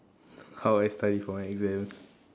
how I study for my exams